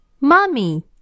mommy